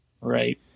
Right